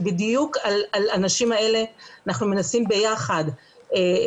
שבדיוק לנשים האלה אנחנו מנסים למצוא